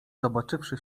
zobaczywszy